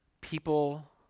People